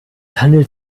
handelt